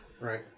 Right